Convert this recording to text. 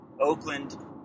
Oakland